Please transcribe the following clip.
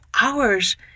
hours